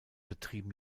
betrieben